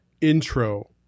intro